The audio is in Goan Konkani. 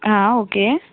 आं ओके